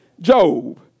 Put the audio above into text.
Job